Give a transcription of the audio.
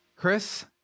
Chris